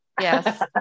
Yes